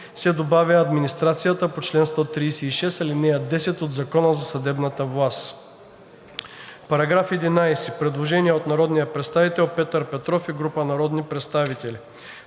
По § 13 има предложение от народния представител Петър Петров и група народни представители: